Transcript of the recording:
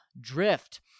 Drift